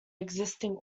existing